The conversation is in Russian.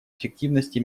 эффективности